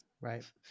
Right